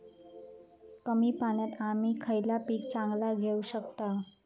कमी पाण्यात आम्ही खयला पीक चांगला घेव शकताव?